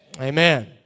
amen